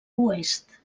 oest